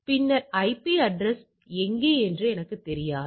பின்னர் IP address எங்கே என்று எனக்குத் தெரியாது